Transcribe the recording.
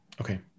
Okay